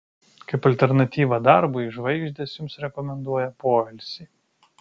kaip alternatyvą darbui žvaigždės jums rekomenduoja poilsį